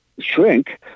shrink